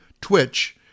Twitch